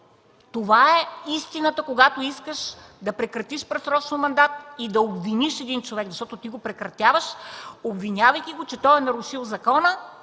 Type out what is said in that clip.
Това е истината, когато искаш да прекратиш предсрочно мандат и да обвиниш един човек, защото ти прекратяваш, обвинявайки го, че е нарушил закона